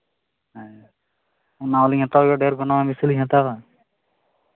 ᱦᱮᱸ ᱚᱱᱟ ᱦᱚᱸᱞᱤᱧ ᱦᱟᱛᱟᱣᱟ ᱰᱷᱮᱨ ᱠᱷᱚᱱ ᱦᱚᱸ ᱵᱮᱥᱤ ᱞᱤᱧ ᱦᱟᱛᱟᱣᱟ